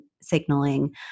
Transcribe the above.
signaling